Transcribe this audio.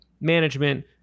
management